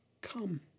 come